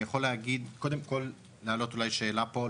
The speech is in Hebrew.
אני יכול קודם כל להעלות אולי שאלה פה,